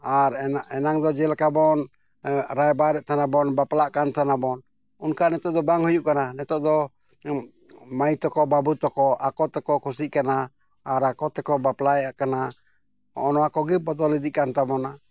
ᱟᱨ ᱮᱱᱟᱝ ᱫᱚ ᱡᱮᱞᱮᱠᱟ ᱵᱚᱱ ᱨᱟᱭᱵᱟᱨᱮᱫ ᱛᱟᱦᱮᱱᱟᱵᱚᱱ ᱵᱟᱯᱞᱟᱜ ᱠᱟᱱ ᱛᱟᱦᱮᱱᱟᱵᱚᱱ ᱚᱱᱠᱟ ᱱᱤᱛᱳᱜ ᱫᱚ ᱵᱟᱝ ᱦᱩᱭᱩᱜ ᱠᱟᱱᱟ ᱱᱤᱛᱳᱜ ᱫᱚ ᱢᱟᱹᱭ ᱛᱟᱠᱚ ᱵᱟᱹᱵᱩ ᱛᱟᱠᱚ ᱟᱠᱚ ᱛᱮᱠᱚ ᱠᱩᱥᱤᱜ ᱠᱟᱱᱟ ᱟᱨ ᱟᱠᱚ ᱛᱮᱠᱚ ᱵᱟᱯᱞᱟᱜ ᱠᱟᱱᱟ ᱱᱚᱜᱼᱚ ᱱᱚᱣᱟ ᱠᱚᱜᱮ ᱵᱚᱫᱚᱞ ᱤᱫᱤᱜ ᱠᱟᱱ ᱛᱟᱵᱚᱱᱟ